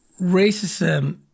racism